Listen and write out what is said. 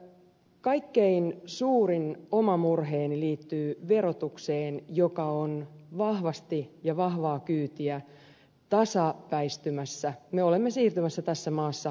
kaikkein suurin oma murheeni liittyy verotukseen joka on vahvasti ja vahvaa kyytiä tasapäistymässä me olemme siirtymässä tässä maassa tasaveroihin